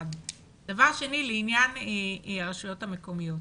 לעניין הרשויות המקומיות.